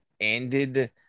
ended